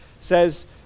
says